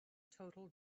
total